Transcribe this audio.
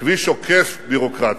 כביש עוקף ביורוקרטיה,